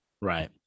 Right